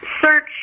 search